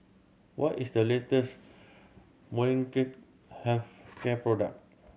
what is the latest Molnylcke Health Care product